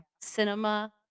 Cinema